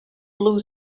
blue